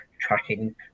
tracking